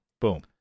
Boom